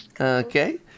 okay